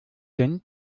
sind